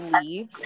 leave